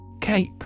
Cape